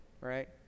right